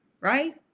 right